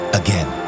again